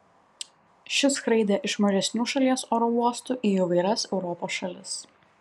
ši skraidė iš mažesnių šalies oro uostų į įvairias europos šalis